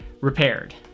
repaired